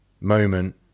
moment